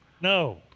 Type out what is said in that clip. No